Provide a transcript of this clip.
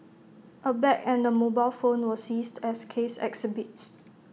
A bag and A mobile phone were seized as case exhibits